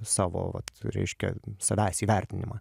savo va reiškia savęs įvertinimą